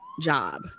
job